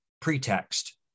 pretext